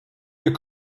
you